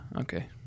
okay